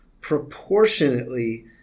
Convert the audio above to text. proportionately